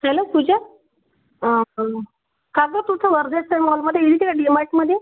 hello Puja का गं तू त्या वर्ध्याच्या मॉलमध्ये मार्टमध्ये